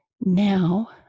now